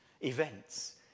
events